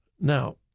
Now